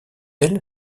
elle